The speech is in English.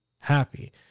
happy